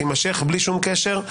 תימשך בלי שום קשר.